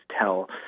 tell